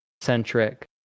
centric